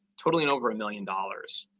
totalling over a million dollars.